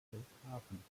friedrichshafen